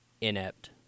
inept